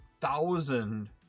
thousand